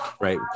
right